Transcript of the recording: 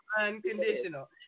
unconditional